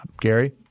Gary